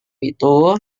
itu